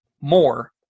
more